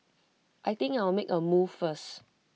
I think I'll make A move first